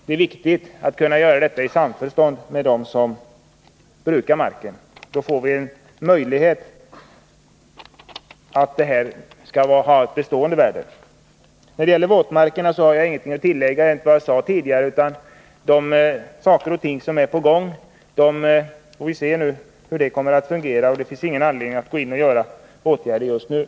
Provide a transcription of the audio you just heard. Det är viktigt att kunna vidta dessa åtgärder i samförstånd med dem som brukar marken — då kan det som görs få ett bestående värde. När det gäller våtmarkerna har jag ingenting att tillägga utöver vad jag sade tidigare, utan vi får se vad det som nu är på gång får för effekter. Det finns ingen anledning att just nu gå in med ytterligare åtgärder.